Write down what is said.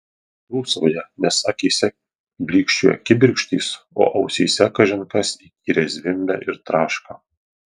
dūsauja nes akyse blykčioja kibirkštys o ausyse kažin kas įkyriai zvimbia ir traška